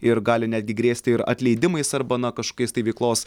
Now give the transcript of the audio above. ir gali netgi grėsti ir atleidimais arba na kažkokiais tai veiklos